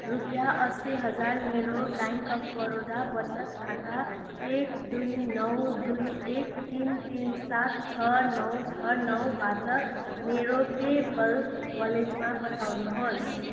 रुपियाँ असी हजार मेरो ब्याङ्क अफ बडोदा वचत खाता एक दुई नौ दुई एक तिन तिन सात छ नौ छ नौबाट मेरो पे पल वालेटमा पठाउनुहोस्